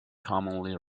commonly